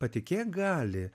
patikėk gali